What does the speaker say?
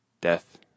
death